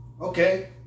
okay